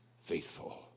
faithful